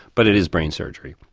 but it is brain surgery.